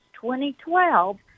2012